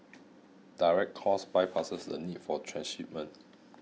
direct calls bypasses the need for transshipment